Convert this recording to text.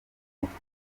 umutwe